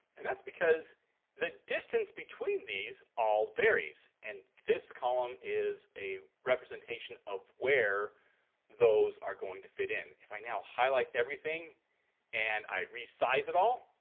and that's because the distance between these all varies and this column is a representation of where those are going to fit in. if i now highlight everything and i resize it all,